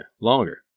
longer